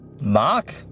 Mark